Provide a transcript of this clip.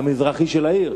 "המזרחי" של העיר.